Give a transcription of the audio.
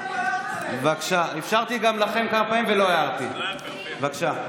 שעה הם מחאו כפיים, בבקשה.